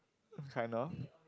kind of